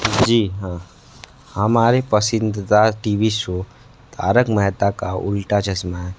जी हाँ हमारा पसंदीदा TV show Taarak Mehta Ka Ooltah Chashmah है